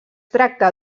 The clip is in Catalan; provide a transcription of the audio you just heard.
tracta